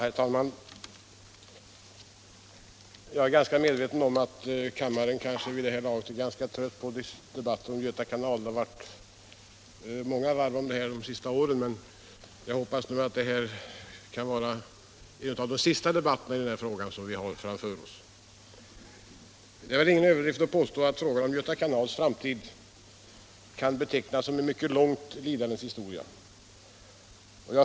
Herr talman! Jag är väl medveten om att kammarens ledamöter vid det här laget är trötta på debatterna om Göta kanal — det har varit många varv i den här frågan under de senaste åren, och jag hoppas att detta är en av de sista debatterna i frågan. Det är väl ingen överdrift att påstå att frågan om Göta kanals framtid kan betecknas som ett långt lidandes historia.